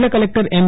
જિલ્લા કલેકટર એમ